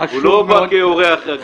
הוא בא כאורח רגיל.